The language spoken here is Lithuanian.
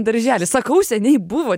daržely sakau seniai buvo